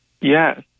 Yes